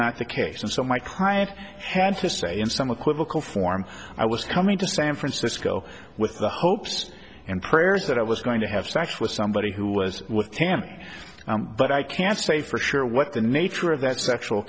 not the case and so my client had to say in some equivocal form i was coming to san francisco with the hopes and prayers that i was going to have sex with somebody who was with tampa but i can't say for sure what the nature of that